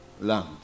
land